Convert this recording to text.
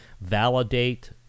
validate